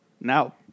Now